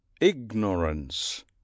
Ignorance